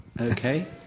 Okay